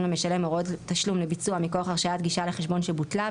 למשלם הוראות תשלום לביצוע מכוח הרשאת גישה לחשבון שבוטלה,